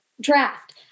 draft